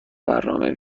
برنامه